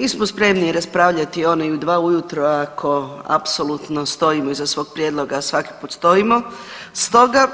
Mi smo spremni raspravljati i ovo u 2 ujutro, ako apsolutno stojimo iza svog prijedloga, a svaki put stojimo, stoga,